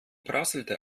prasselte